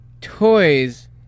Toys